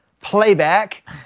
playback